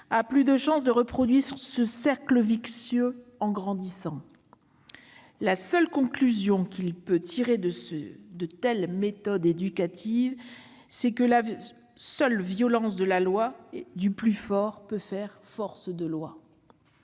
-a plus de chances de reproduire ce cercle vicieux en grandissant. La seule conclusion qu'il peut tirer de telles méthodes « éducatives », c'est que seule la violence de la loi du plus fort peut faire force de loi.